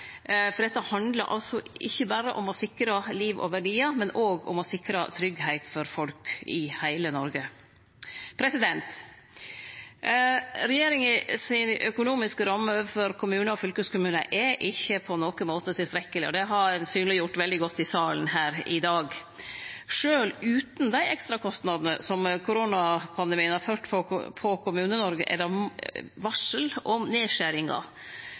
Dette handlar ikkje berre om å sikre liv og verdiar, men òg om å sikre tryggleik for folk i heile Noreg. Dei økonomiske rammene til regjeringa for kommunar og fylkeskommunar er ikkje på nokon måte tilstrekkelege, og det har ein synleggjort veldig godt i salen her i dag. Sjølv utan dei ekstrakostnadene som koronapandemien har påført Kommune-Noreg, er det varsel om nedskjeringar. Presset frå regjeringa på